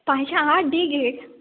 पांयश्या आठ दी गे